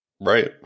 Right